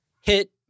hit